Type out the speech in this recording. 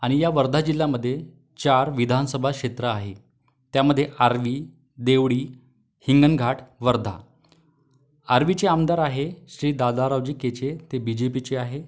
आणि या वर्धा जिल्ह्यामध्ये चार विधानसभा क्षेत्र आहे त्यामध्ये आर्वी देवडी हिंगनघाट वर्धा आर्वीचे आमदार आहे श्री दादारावजी केचे ते बी जे पीचे आहे